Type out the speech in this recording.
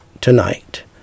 tonight